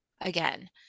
again